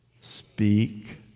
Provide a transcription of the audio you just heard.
Speak